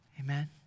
Amen